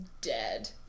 dead